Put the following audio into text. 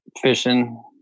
fishing